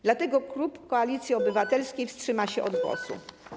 Dlatego klub Koalicji Obywatelskiej wstrzyma się od głosu.